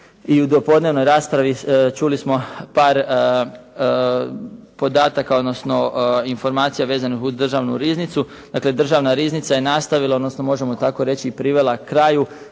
i u dopodnevnoj raspravi čuli smo par podataka odnosno informacija vezanih uz državnu riznicu. Dakle državna riznica je nastavila odnosno možemo tako reći i privela kraju